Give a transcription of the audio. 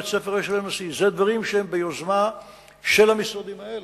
בית-הספר "אשל הנשיא" אלה דברים שהם ביוזמה של המשרדים האלה.